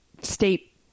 state